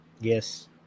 yes